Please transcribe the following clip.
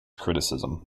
criticism